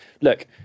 look